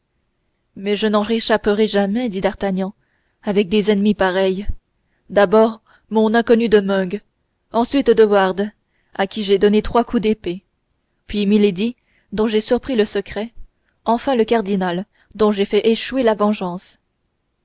mais je n'en réchapperai jamais dit d'artagnan avec des ennemis pareils d'abord mon inconnu de meung ensuite de wardes à qui j'ai donné trois coups d'épée puis milady dont j'ai surpris le secret enfin le cardinal dont j'ai fait échouer la vengeance